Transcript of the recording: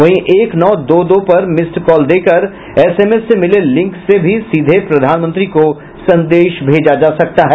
वहीं एक नौ दो दो पर मिस्ड कॉल देकर एसएमएस से मिले लिंक से भी सीधे प्रधानमंत्री को संदेश भेजा जा सकता है